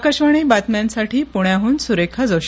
आकाशवाणीबातम्यांसाठी पुण्याहनसुरेखाजोशी